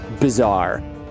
bizarre